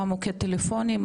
מוקד טלפוני?